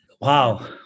Wow